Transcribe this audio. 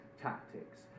tactics